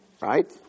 Right